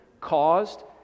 caused